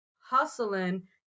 hustling